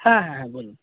হ্যাঁ হ্যাঁ বলুন